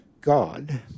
God